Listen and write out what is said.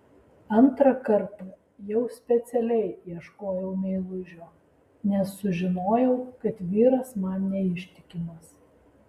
antrą kartą jau specialiai ieškojau meilužio nes sužinojau kad vyras man neištikimas